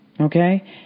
Okay